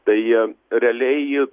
tai realiai ji